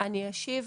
אני אשיב